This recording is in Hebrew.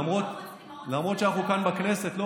למרות שאנחנו כאן בכנסת,